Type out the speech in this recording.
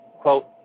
Quote